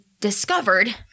discovered